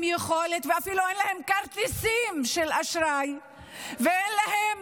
יכולת ואפילו אין להם כרטיסי אשראי ואין להם